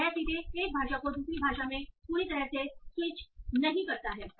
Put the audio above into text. तो यह सीधे एक भाषा को दूसरी भाषा में पूरी तरह से स्विच नहीं करता है